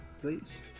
please